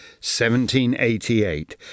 1788